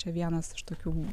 čia vienas iš tokių